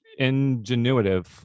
ingenuitive